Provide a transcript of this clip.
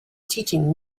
teaching